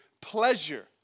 pleasure